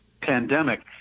pandemic